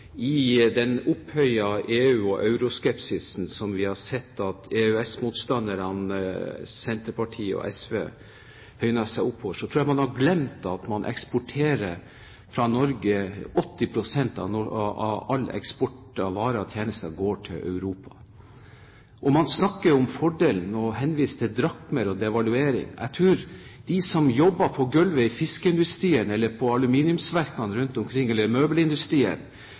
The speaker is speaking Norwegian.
I den opphøyde EU- og euroskepsisen som vi har sett hos EØS-motstanderne – Senterpartiet og SV – tror jeg man har glemt at 80 pst. av all eksport av varer og tjenester fra Norge går til Europa. Man snakker om fordeler, og henviser til drakmer og devaluering. Jeg tror de som jobber på gulvet i fiskeindustrien, på aluminiumsverkene rundt omkring eller i møbelindustrien,